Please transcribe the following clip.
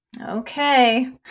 Okay